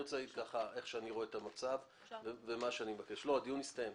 הדיון הסתיים,